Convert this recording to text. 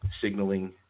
signaling